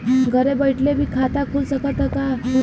घरे बइठले भी खाता खुल सकत ह का?